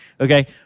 okay